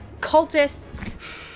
cultists